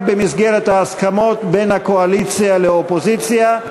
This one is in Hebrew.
במסגרת ההסכמות בין הקואליציה לאופוזיציה.